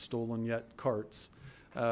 stolen yet carts